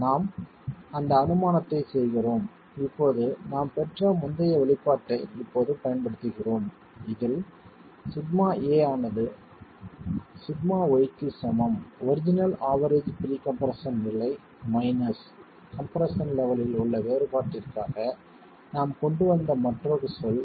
நாம் அந்த அனுமானத்தை செய்கிறோம் இப்போது நாம் பெற்ற முந்தைய வெளிப்பாட்டை இப்போது பயன்படுத்துகிறோம் இதில் σa ஆனது σy க்கு சமம் ஒரிஜினல் ஆவெரேஜ் ப்ரீ கம்ப்ரெஸ்ஸன் நிலை மைனஸ் கம்ப்ரெஸ்ஸன் லெவெலில் உள்ள வேறுபாட்டிற்காக நாம் கொண்டு வந்த மற்றொரு சொல்